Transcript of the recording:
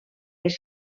les